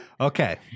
Okay